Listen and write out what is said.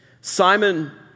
Simon